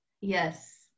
Yes